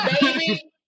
baby